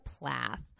Plath